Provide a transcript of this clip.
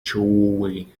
chewy